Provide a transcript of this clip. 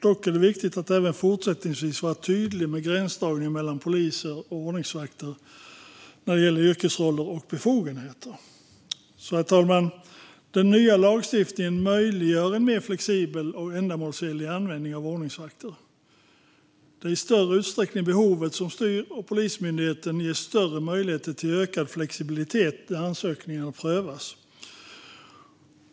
Dock är det viktigt att även fortsättningsvis vara tydlig med gränsdragningen mellan poliser och ordningsvakter när det gäller yrkesroller och befogenheter. Herr talman! Den nya lagstiftningen möjliggör en mer flexibel och ändamålsenlig användning av ordningsvakter. Det är i större utsträckning behovet som styr, och Polismyndigheten ges större möjligheter till ökad flexibilitet då ansökningar prövas.